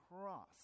cross